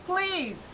please